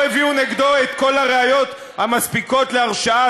לא הביאו נגדו את כל הראיות המספיקות להרשעה,